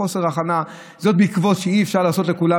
לחוסר ההכנהף בעקבות זאת שאי-אפשר לעשות לכולם